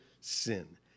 sin